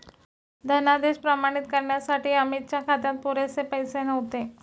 धनादेश प्रमाणित करण्यासाठी अमितच्या खात्यात पुरेसे पैसे नव्हते